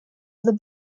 the